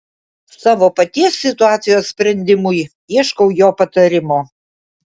savo paties situacijos sprendimui ieškau jo patarimo